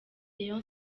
rayon